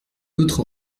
autre